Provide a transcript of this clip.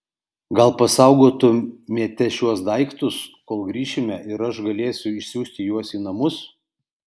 gal pasaugotumėte šiuos daiktus kol grįšime ir aš galėsiu išsiųsti juos į namus